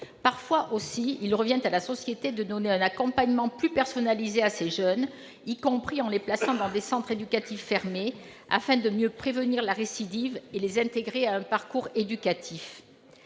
parfois aussi à la société de donner un accompagnement plus personnalisé à ces jeunes, y compris en les plaçant dans des centres éducatifs fermés afin de mieux prévenir la récidive et de les intégrer dans un parcours éducatif.